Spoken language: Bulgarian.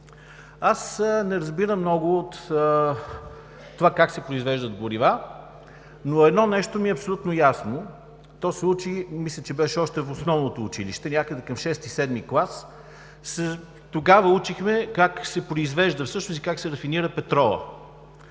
Аз не разбирам много от това как се произвеждат горива, но едно нещо ми е абсолютно ясно. То се учи, мисля, че беше още в основното училище, някъде към 6 – 7 клас. Тогава учехме как се произвежда, всъщност как се рафинира петролът.